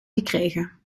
gekregen